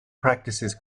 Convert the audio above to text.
practices